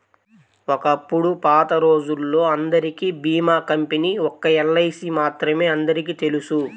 ఒకప్పుడు పాతరోజుల్లో అందరికీ భీమా కంపెనీ ఒక్క ఎల్ఐసీ మాత్రమే అందరికీ తెలుసు